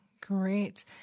great